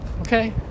okay